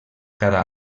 cada